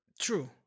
true